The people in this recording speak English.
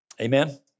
Amen